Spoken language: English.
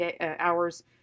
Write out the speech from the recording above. hours